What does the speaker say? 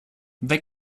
they